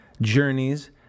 journeys